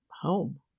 home